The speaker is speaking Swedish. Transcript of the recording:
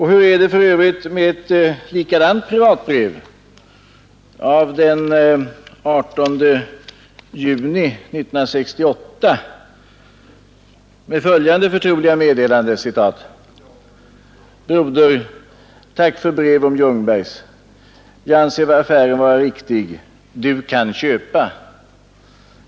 Hur är det för övrigt med ett likadant privatbrev av den 18 juni 1968 med följande förtroliga meddelande: Tack för brev om Ljungbers. Jag anser affären vara riktig. Du kan köpa.